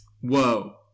Whoa